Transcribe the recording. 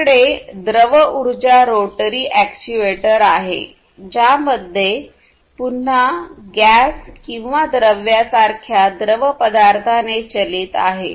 आपल्याकडे द्रव उर्जा रोटरी अॅक्ट्यूएटर आहे ज्यामध्ये पुन्हा गॅस आणि द्रव्यांसारख्या द्रवपदार्थाने चालित आहे